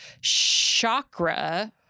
chakra